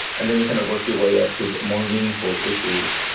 and then you kind of work your way up to more meaningful issues.